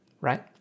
right